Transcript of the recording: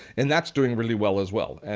and that's doing really well as well. and